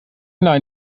nein